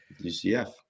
UCF